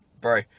Bro